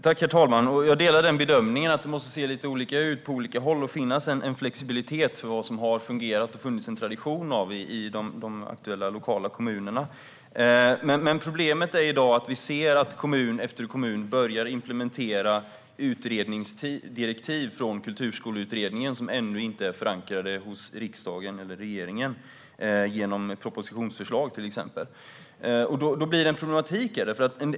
Herr talman! Jag delar bedömningen att det måste se lite olika ut på olika håll och finnas en flexibilitet. Det handlar om vad som har fungerat och vad det har funnits en tradition av i de aktuella kommunerna. Men problemet i dag är att vi ser att kommun efter kommun börjar implementera utredningsdirektiv från Kulturskoleutredningen, som ännu inte är förankrade hos riksdagen eller regeringen genom till exempel propositionsförslag. Då blir det en problematik.